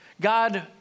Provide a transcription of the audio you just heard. God